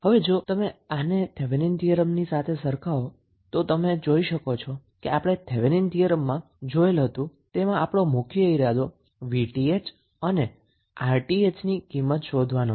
હવે જો તમે આને થેવેનિન થીયરમની સાથે સરખાવો તો તમે ફરી જોઈ શકો છો કે જે આપણે થેવેનીન થીયરમમાં જોયેલ હતું તેમાં આપણો મુખ્ય ઈરાદો 𝑉𝑇ℎ અને 𝑅𝑇ℎ ની કિંમત શોધનો હતો